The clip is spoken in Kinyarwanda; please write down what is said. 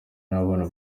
n’abana